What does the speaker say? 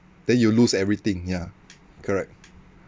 then you lose everything ya correct